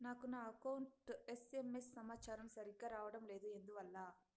నాకు నా account SMS సమాచారము సరిగ్గా రావడం లేదు ఎందువల్ల?